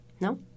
No